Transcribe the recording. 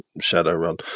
Shadowrun